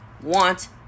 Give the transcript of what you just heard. want